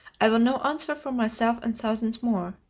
i will now answer for myself and thousands more.